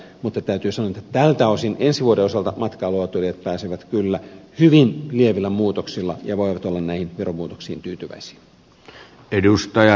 mutta täytyy sanoa että tältä osin ensi vuoden osalta matkailuautoilijat pääsevät kyllä hyvin lievillä muutoksilla ja voivat olla näihin veromuutoksiin tyytyväisiä